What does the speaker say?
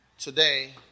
Today